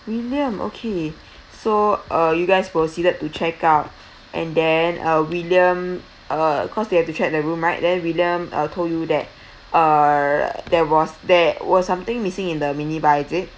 william okay so uh you guys proceeded to check out and then uh william uh cause they have to check the room right then william uh told you that uh there was there was something missing in the minibar is it